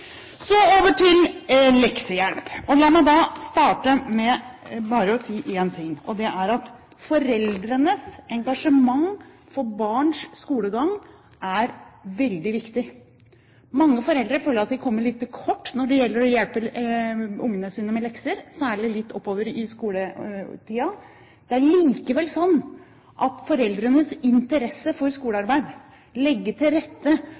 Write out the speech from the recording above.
Så over til leksehjelp. La meg da starte med å si én ting, og det er at foreldrenes engasjement for barns skolegang er veldig viktig. Mange foreldre føler at de kommer litt til kort når det gjelder å hjelpe ungene sine med lekser, særlig litt oppover i skoleløpet. Det er likevel slik at foreldrenes interesse for skolearbeid, legge til rette,